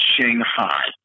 Shanghai